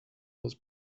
was